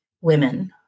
women